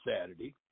Saturday